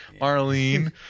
Marlene